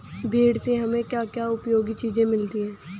भेड़ से हमें क्या क्या उपयोगी चीजें मिलती हैं?